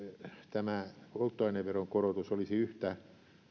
tämä polttoaineveron korotus olisi yhtä